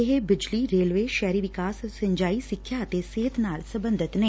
ਇਹ ਬਿਜਲੀ ਰੇਲਵੇ ਸ਼ਹਿਰੀ ਵਿਕਾਸ ਸਿੰਚਾਈ ਸਿੱਖਿਆ ਅਤੇ ਸਿਹਤ ਨਾਲ ਸਬੰਧਤ ਨੇ